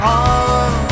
on